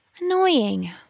Annoying